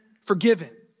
forgiven